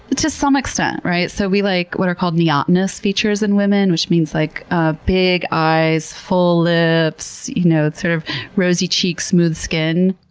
to some extent, right? so we like what are called neotenous features in women, which means like, ah big eyes, full lips, you know sort of rosy cheeks, smooth skin.